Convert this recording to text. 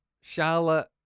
charlotte